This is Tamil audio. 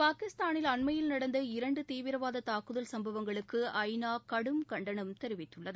பாகிஸ்தானில் அண்மையில் நடந்த இரண்டு தீவிரவாத தாக்குதல் சம்பவங்களுக்கு ஐநா கடும் கண்டனம் தெரிவித்துள்ளது